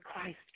Christ